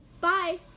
Bye